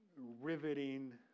riveting